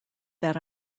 that